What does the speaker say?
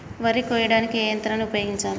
వరి కొయ్యడానికి ఏ యంత్రాన్ని ఉపయోగించాలే?